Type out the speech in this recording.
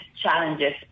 challenges